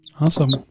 Awesome